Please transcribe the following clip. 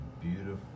Beautiful